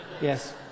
Yes